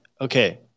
okay